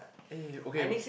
eh okay